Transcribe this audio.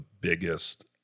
biggest